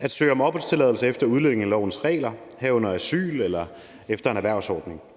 at søge om opholdstilladelse efter udlændingelovens regler, herunder asyl eller efter en erhvervsordning.